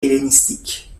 hellénistique